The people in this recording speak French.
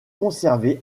conservé